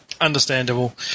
understandable